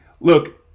look